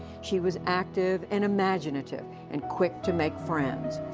she was active and imaginative, and quick to make friends.